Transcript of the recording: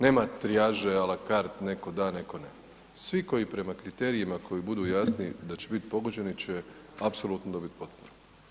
Nema trijaže, a la carte, neko da, neko ne, svi koji prema kriterijima koji budu jasni da će biti pogođeni će apsolutno dobiti potporu.